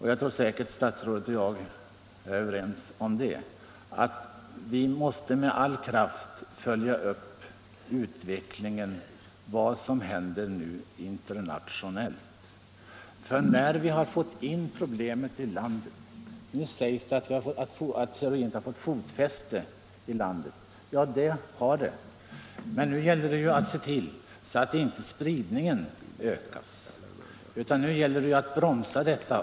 Jag tror säkert att statsrådet och jag är överens om att vi med all kraft måste följa den internationella utvecklingen. Nu sägs det att heroinet redan har fått fotfäste i landet. Ja, det har det, men då gäller det att se till att spridningen bromsas.